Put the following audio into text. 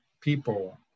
people